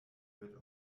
wird